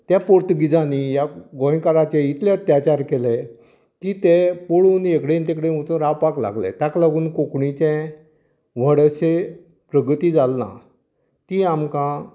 त्या पोर्तुगीजांनी ह्या गोंयकारांचेर इतले अत्याचार केले की ते पळोवन हेकडेन तेकडेन वचून रावपाक लागले ताका लागून कोंकणीचें व्हड अशें प्रगती जाली ना ती आमकां